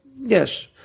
Yes